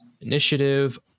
initiative